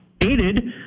Aided